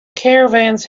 caravans